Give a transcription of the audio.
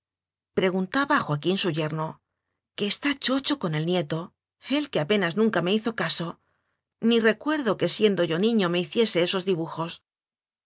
preguntaba a joaquín su yernoque está chocho con el nieto él que apenas nunca me hizo caso ni recuerdo que siendo yo niño me hiciese esos dibujos